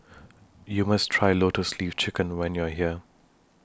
YOU must Try Lotus Leaf Chicken when YOU Are here